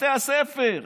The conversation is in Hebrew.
בבתי הספר.